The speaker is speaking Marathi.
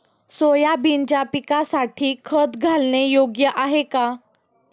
सोयाबीनच्या पिकासाठी खत घालणे योग्य आहे का?